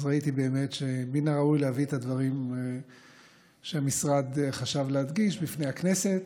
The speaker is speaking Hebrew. אז ראיתי באמת שמן הראוי להביא את הדברים שהמשרד חשב להדגיש בפני הכנסת.